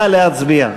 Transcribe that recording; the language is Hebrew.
נא להצביע.